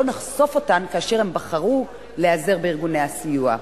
נחשוף אותן כאשר הן בחרו להיעזר בארגוני הסיוע.